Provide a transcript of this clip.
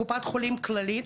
לקופת חולים כללית,